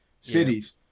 cities